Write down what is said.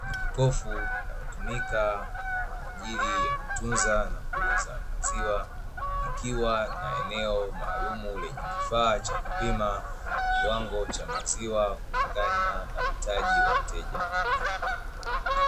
Jokofu linlotumika kwa ajiri ya kuhifadhia maziwa, likiwa na eneo maalum ule kifaa cha kupima kiwango cha maziwa na uhitaji wa mteja Hutumika kwa ajili ya kutunza.